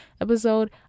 episode